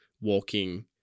walking